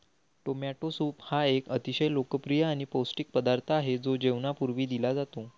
tomato soup हा एक अतिशय लोकप्रिय आणि पौष्टिक पदार्थ आहे जो जेवणापूर्वी दिला जातो